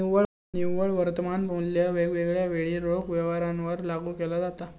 निव्वळ वर्तमान मुल्य वेगवेगळ्या वेळी रोख व्यवहारांवर लागू केला जाता